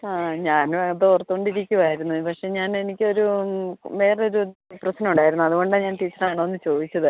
ആ ഞാനും അത് ഓർത്തു കൊണ്ടിരിക്കുകയായിരുന്നു പക്ഷേ ഞാൻ എനിക്ക് ഒരു വേറെ ഒരു പ്രശ്നം ഉണ്ടായിരുന്നു അത് കൊണ്ടാണ് ഞാൻ ടീച്ചറാണോ എന്ന് ചോദിച്ചത്